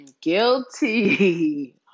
Guilty